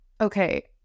okay